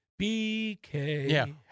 BK